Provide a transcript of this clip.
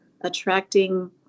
attracting